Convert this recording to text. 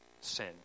sin